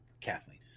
Kathleen